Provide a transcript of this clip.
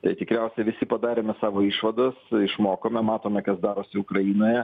tai tikriausiai visi padarėme savo išvadas išmokome matome kas darosi ukrainoje